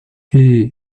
lee